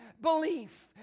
belief